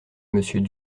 monsieur